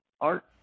art